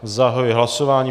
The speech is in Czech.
Zahajuji hlasování.